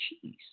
cheese